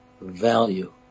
value